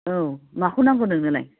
औ माखौ नांगौ नोंनोलाय